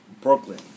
Brooklyn